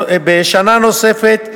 בשנה נוספת,